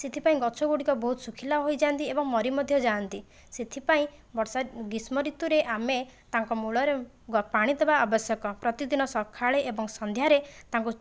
ସେଥିପାଇଁ ଗଛ ଗୁଡ଼ିକ ବହୁତ ଶୁଖିଲା ହୋଇଯା'ନ୍ତି ଏବଂ ମରି ମଧ୍ୟ ଯାଆନ୍ତି ସେଥିପାଇଁ ବର୍ଷା ଗ୍ରୀଷ୍ମ ଋତୁରେ ଆମେ ତାଙ୍କ ମୂଳରେ ପାଣି ଦେବା ଆବଶ୍ୟକ ପ୍ରତିଦିନ ସକାଳେ ଏବଂ ସନ୍ଧ୍ୟାରେ ତାଙ୍କୁ